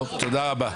טוב תודה רבה.